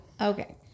Okay